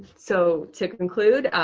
so to conclude,